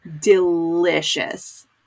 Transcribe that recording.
delicious